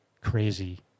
crazy